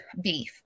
beef